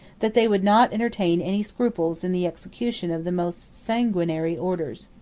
that they would not entertain any scruples in the execution of the most sanguinary orders.